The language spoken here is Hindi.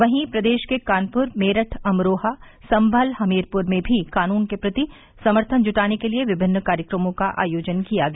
वहीं प्रदेश के कानपुर मेरठ अमरोहा सम्भल हमीरपुर में भी कानून के प्रति समर्थन जुटाने के लिए विभिन्न कार्यक्रमों का आयोजन किया गया